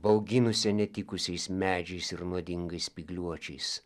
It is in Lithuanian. auginusią netikusiais medžiais ir nuodingais spygliuočiais